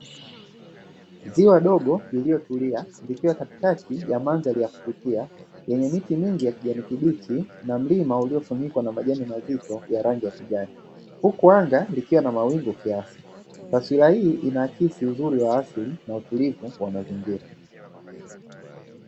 Ziwa dogo lililotulia likiwa katikati ya mandhari ya kuvutia yenye miti mingi ya kijani kibichi na mlima uliofinikwa na majani mazito ya rangi ya kijani, huku anga likiwa na mawingu kiasi. Taswira hii inaakisi uzuri wa asili na utulivu wa mazingira.